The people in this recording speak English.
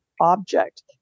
object